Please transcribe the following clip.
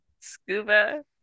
Scuba